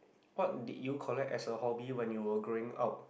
what did you collect as a hobby when you were growing up